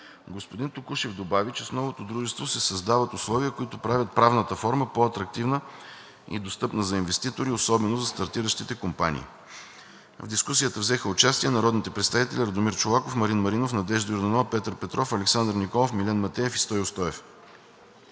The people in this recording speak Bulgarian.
Господин Токушев добави, че с новото дружество се създават условия, които правят правната форма по-атрактивна и достъпна за инвеститори, особено за стартиращите компании. В дискусията взеха участие народните представители Радомир Чолаков, Марин Маринов, Надежда Йорданова, Петър Петров, Александър Николов, Милен Матеев и Стою Стоев.